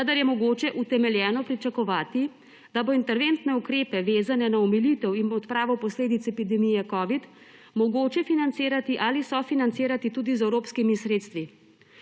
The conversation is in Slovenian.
kadar je mogoče utemeljeno pričakovati, da bo interventne ukrepe, vezane na omilitev in v odpravo posledic epidemije covida, mogoče financirati ali sofinancirati tudi z evropskimi sredstvi.